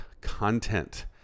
content